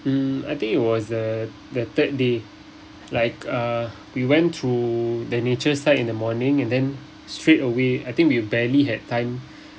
mm I think it was the the third day like uh we went through the nature site in the morning and then straight away I think we barely had time